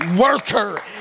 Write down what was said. Worker